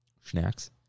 Snacks